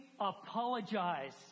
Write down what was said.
apologize